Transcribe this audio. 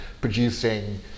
producing